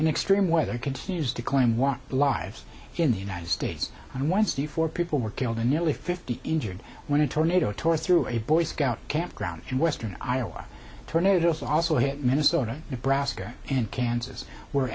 and extreme weather continues to claim one lives in the united states and once the four people were killed and nearly fifty injured when a tornado tore through a boy scout camp ground in western iowa tornadoes also hit minnesota brassica and kansas where